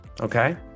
okay